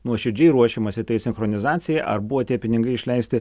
nuoširdžiai ruošiamasi tai sinchronizacijai ar buvo tie pinigai išleisti